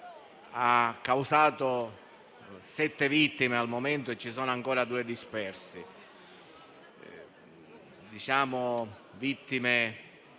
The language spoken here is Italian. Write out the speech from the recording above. ha causato sette vittime; al momento ci sono ancora due dispersi.